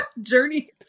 journey